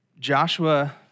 Joshua